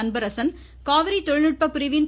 அன்பரசன் காவிரி தொழில்நுட்ப பிரிவின் திரு